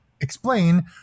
explain